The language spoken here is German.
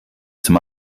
zum